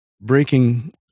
Breaking